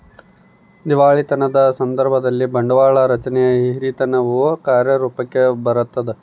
ದಿವಾಳಿತನದ ಸಂದರ್ಭದಲ್ಲಿ, ಬಂಡವಾಳ ರಚನೆಯ ಹಿರಿತನವು ಕಾರ್ಯರೂಪುಕ್ಕ ಬರತದ